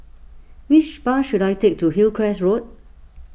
which bus should I take to Hillcrest Road